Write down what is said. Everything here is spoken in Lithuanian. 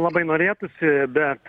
labai norėtųsi bet